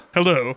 Hello